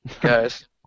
guys